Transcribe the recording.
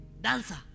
Dancer